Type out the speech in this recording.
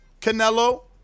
Canelo